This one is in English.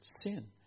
sin